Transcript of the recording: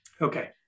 Okay